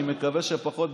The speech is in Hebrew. אני מקווה שפחות,